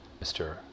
Mr